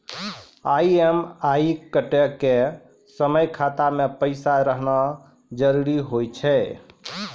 EMI कटै के समय खाता मे पैसा रहना जरुरी होय छै